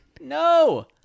No